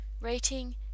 Rating